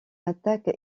attaque